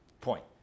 point